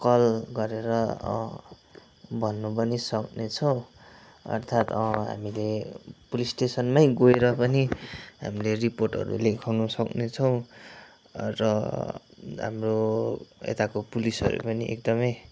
call गरेर भन्नु पनि सक्नेछौँ अर्थात् हामीले पुलिस स्टेसनमै गएर पनि हामीले रिपोर्टहरू लेखाउन सक्नेछौँ र हाम्रो यताको पुलिसहरू पनि एकदमै